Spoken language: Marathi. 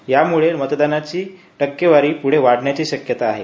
याम्ळे मतदानाची टक्केवारी प्ढे वाढण्याची शक्यता आहे